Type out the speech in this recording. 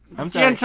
i'm sorry.